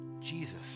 Jesus